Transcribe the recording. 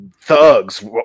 thugs